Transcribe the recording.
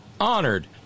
honored